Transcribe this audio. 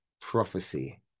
prophecy